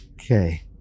Okay